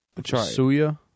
Suya